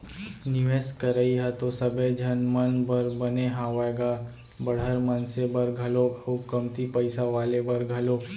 निवेस करई ह तो सबे झन मन बर बने हावय गा बड़हर मनसे बर घलोक अउ कमती पइसा वाले बर घलोक